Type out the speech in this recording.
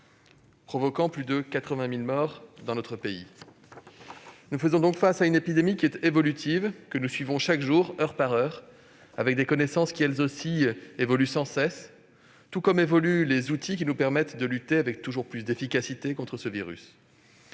provoquant plus de 80 000 morts dans notre pays. Nous faisons donc face à une épidémie évolutive, que nous suivons chaque jour, heure par heure, sur laquelle les connaissances, elles aussi, évoluent sans cesse, tout comme évoluent les outils qui nous permettent de lutter, avec toujours plus d'efficacité, contre ce virus.